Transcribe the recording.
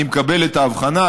ואני מקבל את ההבחנה,